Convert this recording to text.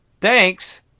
Thanks